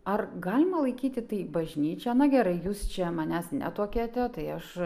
ar galima laikyti tai bažnyčia na gerai jūs čia manęs netuokiate tai aš